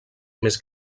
més